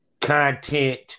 content